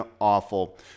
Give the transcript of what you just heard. awful